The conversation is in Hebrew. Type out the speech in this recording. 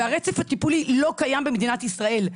והרצף הטיפולי לא קיים במדינת ישראל.